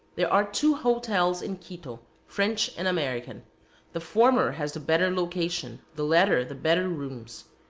there are two hotels in quito, french and american the former has the better location, the latter the better rooms.